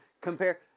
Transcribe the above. compare